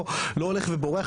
לא הולך ובורח,